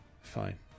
Fine